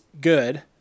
good